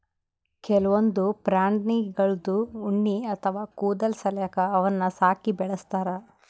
ಕೆಲವೊಂದ್ ಪ್ರಾಣಿಗಳ್ದು ಉಣ್ಣಿ ಅಥವಾ ಕೂದಲ್ ಸಲ್ಯಾಕ ಅವನ್ನ್ ಸಾಕಿ ಬೆಳಸ್ತಾರ್